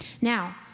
Now